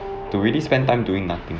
to really spend time doing nothing